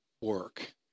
work